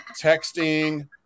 texting